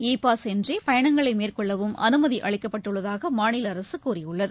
இ pass இன்றி பயணங்களை மேற்கொள்ளவும் அனுமதி அளிக்கப்பட்டுள்ளதாக மாநில அரசு கூறியுள்ளது